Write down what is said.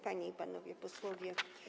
Panie i Panowie Posłowie!